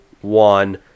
one